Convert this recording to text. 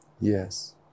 Yes